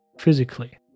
physically